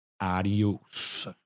Adios